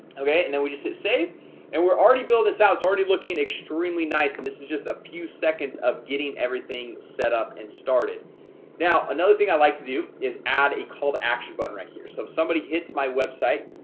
okay, and then we just hit save and we're already build this out it's already looking extremely nice. and this is just a few seconds of getting everything set up and started now another thing i like to do is add a call to action button right here so if somebody hits my website,